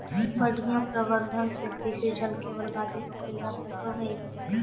बढ़ियां प्रबंधन से कृषि जल के बर्बादी रोकल जा सकऽ हई